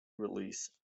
release